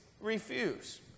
refuse